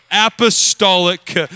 Apostolic